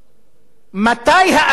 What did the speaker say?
מתי האשם יישא באחריות.